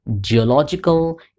geological